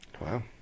Wow